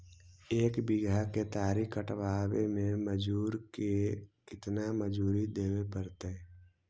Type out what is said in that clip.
एक बिघा केतारी कटबाबे में मजुर के केतना मजुरि देबे पड़तै?